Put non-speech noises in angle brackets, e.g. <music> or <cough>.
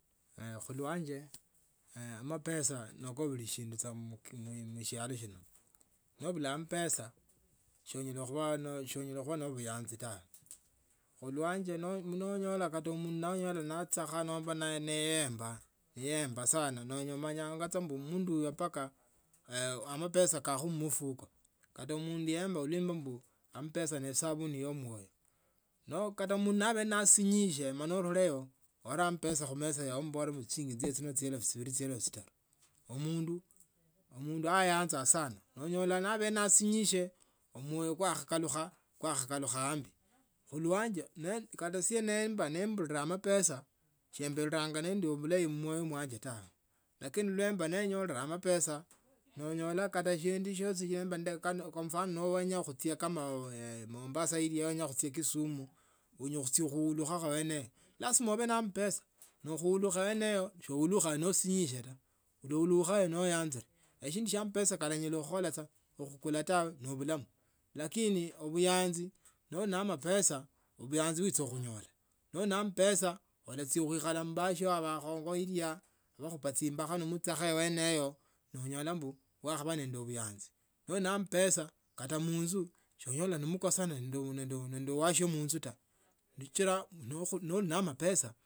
<hesitation> khulwanje amepesa niko bulishindu mushialo shino nobula amapesa senyala khubaa na abuyanzi taa khulwanye honyola kata mundu nonyola nachekha neyemba sana umanyanga mundu uyo mpaka mapesa kakho mmufuko kata mundu yemba uliombwo kho amapesa nesabuni ya mwoyo no kata mundu abe nasinyisie nenileo on ambesa khumesa mala umuborere chino ni shilingi chielfu chibili chitanu omundu anyanza sana onyola neabele nasinyikhe omuonyo kwakhakalakha kwakhakalukha ale khulwanje kata esie nemburire amapesa simbulanga niendi bulayi taa lakini nemba nenyorire amapesa nonyola kata shiendi nechimba kwa mfano nowenya kama kuchia kama mombasa. kisumu wenya khuchia khulukhakho yeneyo lazima ube nae ambesa nakhulukha yeneyo nosinyikhile taa ulaolukha noanzile eshimdushia amapesa saa kanyala khukhola tawe no obulamu lakini obuyanzi noli na amapesa obuyanzi wicha khunyola noli na ambesa whicha khuikala mbasi abakho ilyano mukhupa chimbkha mamuchekha ewene yo namunyola mbu mwakhaba nende buyanzi noli nende ambesa kata munzu noyola namukosane nende wasio munzu tawe sichila noli na amapesa.